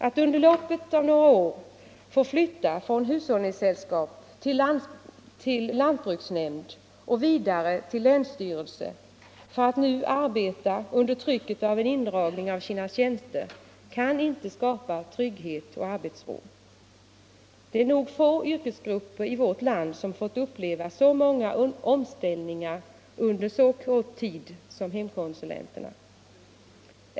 Att under loppet av några år få flytta från hushållningssällskap till lantbruksnämnd och vidare till länsstyrelse för att nu arbeta under trycket av en indragning av tjänsterna kan inte skapa arbetsro och trygghet. Det är nog få yrkesgrupper i vårt land som har fått uppleva så många omställningar på så kort tid som hemkonsulenterna.